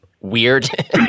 weird